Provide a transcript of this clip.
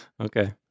Okay